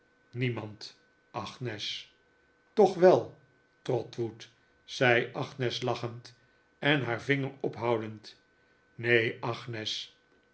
niemand agnes toch wel trotwood zei agnes lachend en haar vinger ophoudend neen agnes